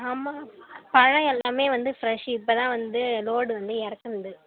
ஆமாம் பழம் எல்லாமே வந்து ஃபிரெஷ் இப்போதான் வந்து லோட் வந்து இறக்குனது